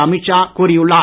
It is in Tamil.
அமீத் ஷா கூறியுள்ளார்